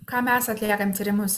ką mes atliekam tyrimus